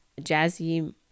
Jazzy